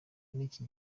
iki